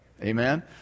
Amen